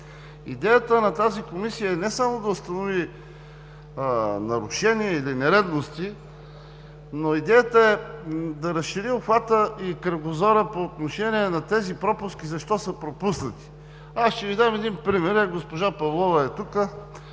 Идеята на тази Комисия е не само да установи нарушения или нередности, но идеята е да разшири обхвата и кръгозора по отношение на тези пропуски – защо са допуснати? Аз ще Ви дам един пример. Ето, госпожа Павлова е тук,